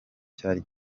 cyari